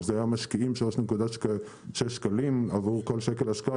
אם היו משקיעים 3.6 שקלים עבור כל שקל השקעה,